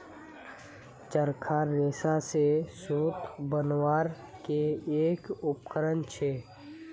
चरखा रेशा स सूत बनवार के एक उपकरण छेक